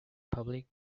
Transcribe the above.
public